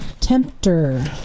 Tempter